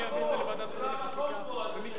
זה לא המקום פה.